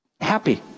happy